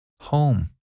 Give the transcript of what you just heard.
home